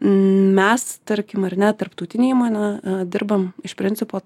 mes tarkim ar ne tarptautinė įmonė dirbam iš principo